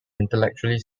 intellectually